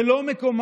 זה לא מקומה,